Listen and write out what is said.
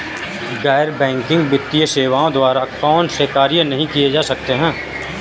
गैर बैंकिंग वित्तीय सेवाओं द्वारा कौनसे कार्य नहीं किए जा सकते हैं?